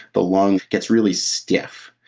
the lung gets really stiff.